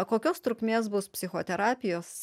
kokios trukmės bus psichoterapijos